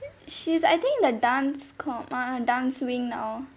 I think she's I think the dance com~ ah ah dance wing now